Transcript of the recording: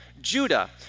Judah